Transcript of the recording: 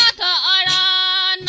da da